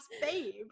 babe